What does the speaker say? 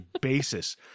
basis